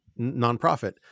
nonprofit